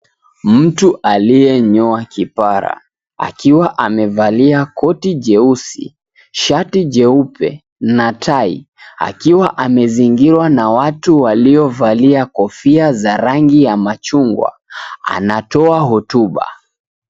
Mtu aliyenyoa kipara akiwa amevalia koti jeusi, shati jeupe na tai akiwa amezingirwa na watu waliovalia kofia za rangi ya machungwa, anatoa hotuba.